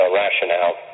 rationale